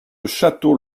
château